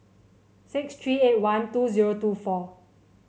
six three eight one two zero two four